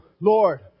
Lord